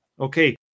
Okay